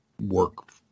work